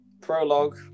prologue